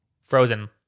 Frozen